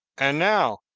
and now,